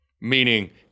Meaning